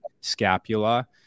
scapula